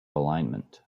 alignment